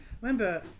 remember